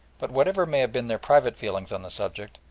but whatever may have been their private feelings on the subject,